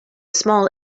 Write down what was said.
small